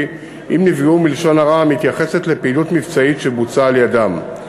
אם נפגעו מלשון הרע המתייחסת לפעילות מבצעית שבוצעה על-ידם.